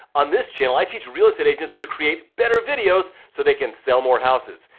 on this channel, i teach real estate agents to create better videos so they can sell more houses.